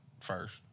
first